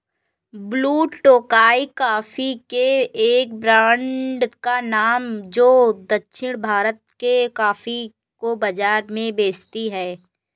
blue Tokai coffee के एक brand का नाम है जो दक्षिण भारत के कॉफी को बाजार में बेचती है